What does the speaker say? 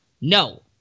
No